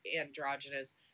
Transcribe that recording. androgynous